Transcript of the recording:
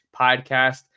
podcast